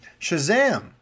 Shazam